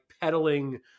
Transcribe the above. peddling